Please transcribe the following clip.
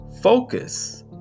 Focus